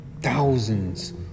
Thousands